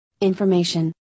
Information